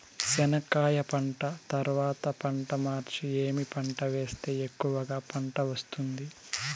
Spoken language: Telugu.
చెనక్కాయ పంట తర్వాత పంట మార్చి ఏమి పంట వేస్తే ఎక్కువగా పంట వస్తుంది?